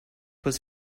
was